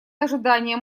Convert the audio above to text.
ожидание